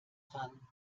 dran